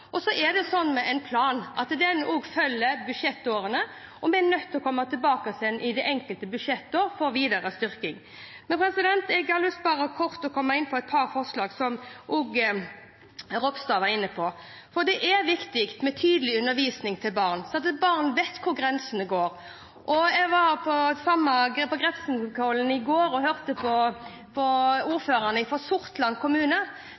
opptrappingsplanen. Så er det slik med en plan at den følger budsjettårene, og vi er nødt til å komme tilbake i de enkelte budsjetter for videre styrking. Jeg har lyst til bare kort å komme inn på et par forslag som også Ropstad var inne på. Det er viktig med tidlig undervisning for barn, slik at barn vet hvor grensene går. Jeg var på Grefsenkollen i går og hørte på ordføreren i Sortland kommune.